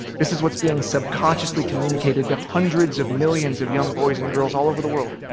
this is what's being subconsciously communicated to hundreds of millions of young boys and girls all over the world,